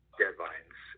deadlines